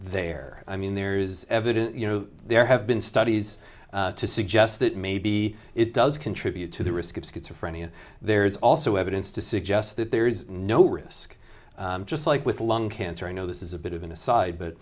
there i mean there is evidence you know there have been studies to suggest that maybe it does contribute to the risk of schizophrenia there's also evidence to suggest that there is no risk just like with lung cancer you know this is a bit of an aside but